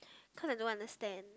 cause I don't understand